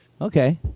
Okay